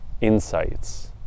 insights